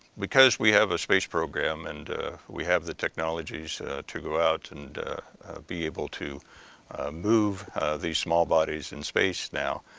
because we have a space program, and we have the technologies to go out and be able to move these small bodies in space now.